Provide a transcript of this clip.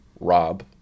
rob